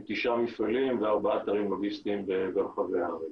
עם תשעה מפעלים וארבעה אתרים לוגיסטיים ברחבי הארץ.